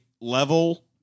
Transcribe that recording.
level